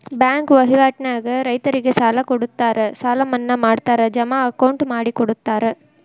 bank ವಹಿವಾಟ ನ್ಯಾಗ ರೈತರಿಗೆ ಸಾಲ ಕೊಡುತ್ತಾರ ಸಾಲ ಮನ್ನಾ ಮಾಡ್ತಾರ ಜಮಾ ಅಕೌಂಟ್ ಮಾಡಿಕೊಡುತ್ತಾರ